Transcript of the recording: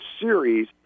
series